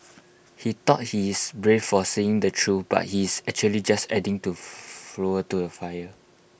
he thought he's brave for saying the truth but he's actually just adding to fuel to the fire